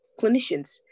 clinicians